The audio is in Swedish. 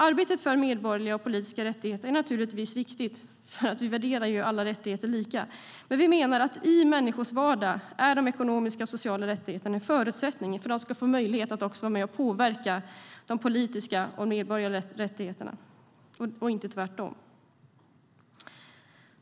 Arbetet för medborgerliga och politiska rättigheter är naturligtvis viktigt, för vi värderar ju alla rättigheter lika. Men vi menar att i människors vardag är de ekonomiska och sociala rättigheterna en förutsättning för att människor ska ha en möjlighet att vara med och påverka även de politiska och medborgerliga rättigheterna. Det är inte tvärtom.